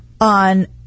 on